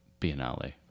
Biennale